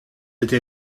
été